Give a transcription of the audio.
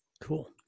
Cool